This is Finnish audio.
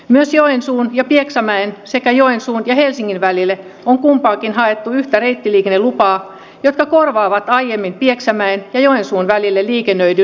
myös joensuun ja pieksämäen sekä joensuun ja helsingin välille on kumpaankin haettu yhtä reittiliikennelupaa jotka korvaavat aiemmin pieksämäen ja joensuun välillä liikennöidyn junayhteyden